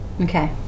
Okay